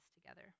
together